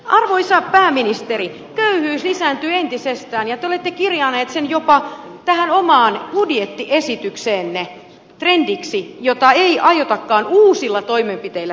arvoisa pääministeri köyhyys lisääntyy entisestään ja te olette kirjanneet sen jopa tähän omaan budjettiesitykseenne trendiksi jota ei aiotakaan uusilla toimenpiteillä pysäyttää